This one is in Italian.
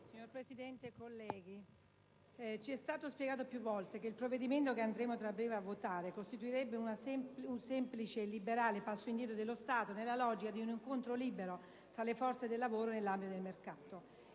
Signor Presidente, colleghi, ci è stato spiegato più volte che il provvedimento che andremo tra breve a votare costituirebbe un semplice e «liberale» passo indietro dello Stato nella logica di un incontro libero tra le forze del lavoro nell'ambito del mercato.